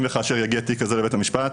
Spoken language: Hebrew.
אם וכאשר יגיע תיק כזה לבית המשפט,